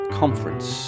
conference